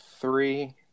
three